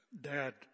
dad